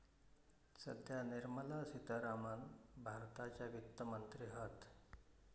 सध्या निर्मला सीतारामण भारताच्या वित्त मंत्री हत